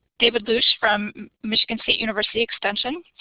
david lusch from michigan state university extension,